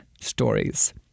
stories